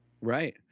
Right